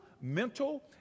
mental